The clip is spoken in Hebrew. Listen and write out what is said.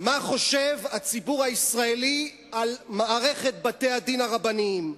מה חושב הציבור הישראלי על מערכת בתי-הדין הרבניים.